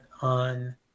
on